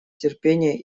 терпение